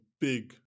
big